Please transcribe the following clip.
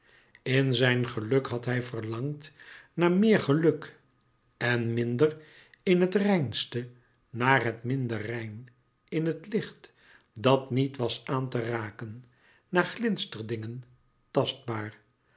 in zijn geluk had hij verlangd naar meer geluk en minder in t reinste naar het minder rein in t licht dat niet was aan te raken naar glinsterdingen tastbaar